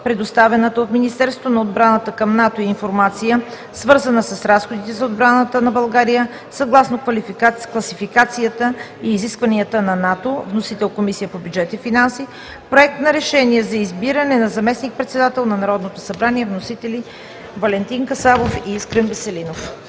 предоставената от Министерството на отбраната към НАТО информация, свързана с разходите за отбраната на България съгласно класификацията и изискванията на НАТО. Вносител е Комисията по бюджет и финанси. Проект на решение за избиране на заместник-председател на Народното събрание. Вносители са Валентин Касабов и Искрен Веселинов.